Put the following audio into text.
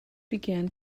began